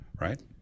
right